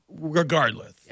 regardless